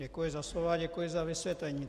Děkuji za slovo a děkuji za vysvětlení.